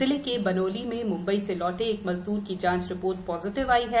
जिले के बनोली में मूंबई से लौटे एक मजदूर की जांच रिपोर्ट पॉजिटिव आई है